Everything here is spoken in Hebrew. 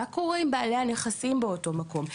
מה קורה עם בעלי הנכסים באותו מקום?